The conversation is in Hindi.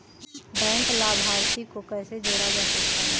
बैंक लाभार्थी को कैसे जोड़ा जा सकता है?